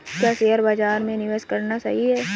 क्या शेयर बाज़ार में निवेश करना सही है?